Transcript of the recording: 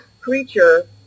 creature